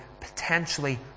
potentially